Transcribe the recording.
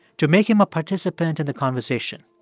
to make him a participant in the conversation.